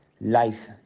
life